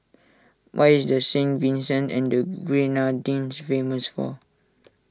what is Saint Vincent and the Grenadines famous for